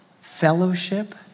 fellowship